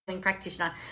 practitioner